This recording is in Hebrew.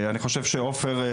אני חושב שעופר,